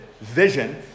vision